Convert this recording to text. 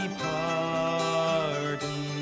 pardon